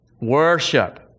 Worship